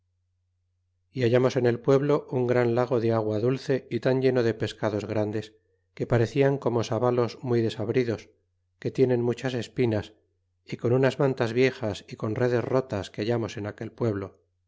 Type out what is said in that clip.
y hallamos en el pueblo un gran lago de agua dulce y tan lleno de pescados grandes que parecian como sabalos muy desabridos que tienen muchas espinas y con unas mantas viejas y con redes rotas que hallamos en aquel pueblo